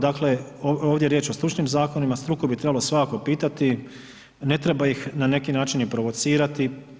Dakle, ovdje je riječ o stručnim zakonima, struku bi trebalo svakako pitati, ne treba ih na neki način ni provocirati.